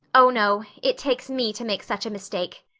oh, no, it takes me to make such a mistake,